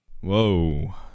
Whoa